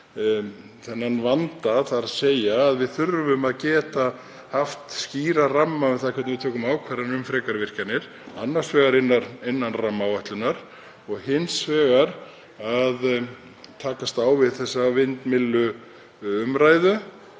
þennan vanda, þ.e. við þurfum að geta haft skýran ramma um það hvernig við tökum ákvarðanir um frekari virkjanir, annars vegar innan rammaáætlunar og hins vegar að takast á við þessa vindmylluumræðu.